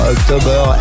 October